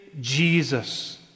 Jesus